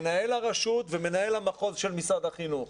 מנהל הרשות ומנהל המחוז של משרד החינוך.